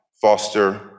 foster